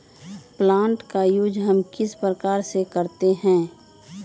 Plant का use हम किस प्रकार से करते हैं?